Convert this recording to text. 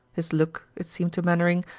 his look, it seemed to mainwaring,